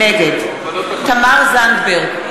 נגד תמר זנדברג,